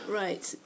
right